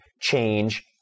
change